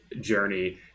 journey